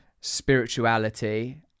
spirituality